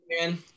man